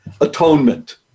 atonement